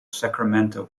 sacramento